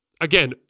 Again